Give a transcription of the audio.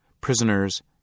prisoners